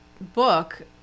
book